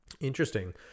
Interesting